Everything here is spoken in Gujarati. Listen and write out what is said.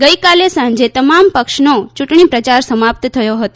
ગઈકાલે સાંજે તમામ પક્ષનો યૂંટણી પ્રચાર સમાપ્ત થયો હતો